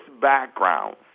backgrounds